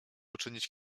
uczynić